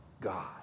God